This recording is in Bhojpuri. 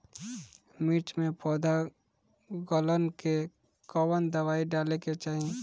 मिर्च मे पौध गलन के कवन दवाई डाले के चाही?